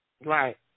Right